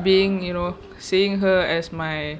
being you know seeing her as my